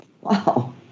Wow